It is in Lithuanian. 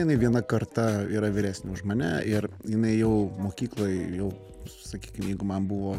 jinai viena karta yra vyresnė už mane ir jinai jau mokykloj jau sakykim jeigu man buvo